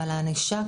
לגבי ענישה,